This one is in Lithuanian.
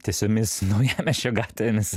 tiesiomis naujamiesčio gatvėmis